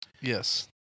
Yes